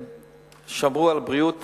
ושמרו על הבריאות